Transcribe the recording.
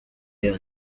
iyo